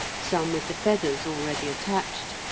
some with the feathers already attached,